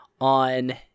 on